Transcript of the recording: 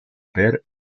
ver